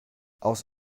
aus